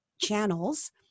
channels